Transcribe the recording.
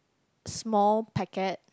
small packet